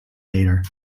later